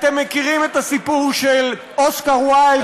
אתם מכירים את הסיפור של אוסקר ויילד,